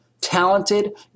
talented